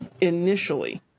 initially